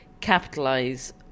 capitalize